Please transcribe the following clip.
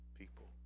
people